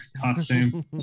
costume